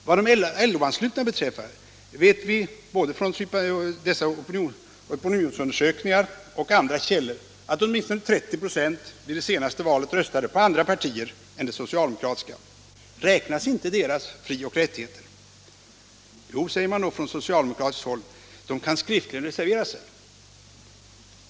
Vad de LO-anslutna beträffar vet vi både från opinionsundersökningarna och andra källor att åtminstone 30 26 vid senaste valet röstade på andra partier än det socialdemokratiska. Räknas inte deras fri och rättigheter? Jo, säger man från socialdemokratiskt håll, de kan skriftligen reservera sig.